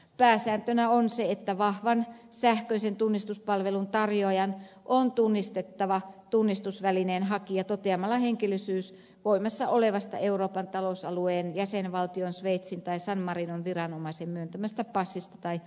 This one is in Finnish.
pääsääntönä on se että vahvan sähköisen tunnistuspalvelun tarjoajan on tunnistettava tunnistusvälineen hakija toteamalla henkilöllisyys voimassa olevasta euroopan talousalueen jäsenvaltion sveitsin tai san marinon viranomaisen myöntämästä passista tai henkilökortista